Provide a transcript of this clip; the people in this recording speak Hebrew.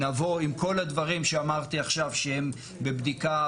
נבוא עם כל הדברים שאמרתי עכשיו שהם בבדיקה,